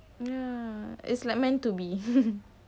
it's like meant to be